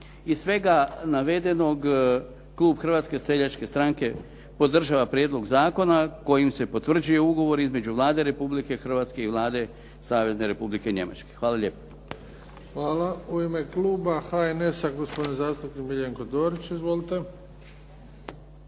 Iz svega navedenog Klub Hrvatske seljačke stranke podržava prijedlog zakona kojim se potvrđuje ugovor između Vlade Republike Hrvatske i Vlade Savezne Republike Njemačke. Hvala lijepo. **Bebić, Luka (HDZ)** Hvala. U ime kluba HNS-a, gospodin zastupnik Miljenko Dorić. Izvolite.